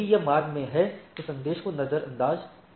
यदि यह मार्ग में है तो संदेश को नजरअंदाज कर दिया